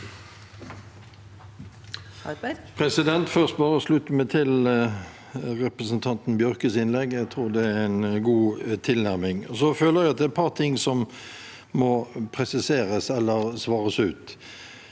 Først vil jeg slutte meg til representanten Bjørkes innlegg. Jeg tror det er en god tilnærming. Så føler jeg det er et par ting som må presiseres eller svares ut.